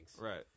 Right